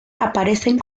aparecen